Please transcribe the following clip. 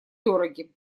дороги